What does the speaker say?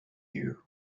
you